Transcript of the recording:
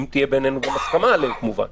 אם תהיה בינינו הסכמה עליהן, כמובן